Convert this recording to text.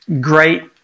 great